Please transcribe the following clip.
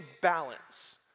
balance